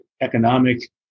economic